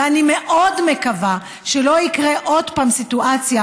ואני מאוד מקווה שלא תקרה עוד פעם סיטואציה